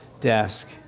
desk